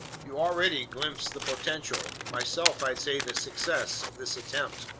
you already glimpse the potential myself, i'd say the success of this attempt.